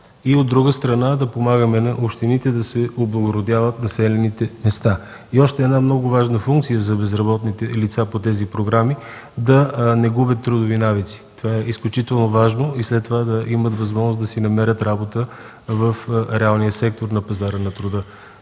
а от друга страна – да помагаме на общините да облагородяват населените места. Още една много важна функция за безработните лица по тези програми – да не губят трудови навици. Това е изключително важно, за да имат възможност след това да си намерят работа в реалния сектор на пазара на труда.